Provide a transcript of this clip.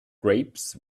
grapes